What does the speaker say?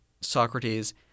Socrates